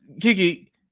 Kiki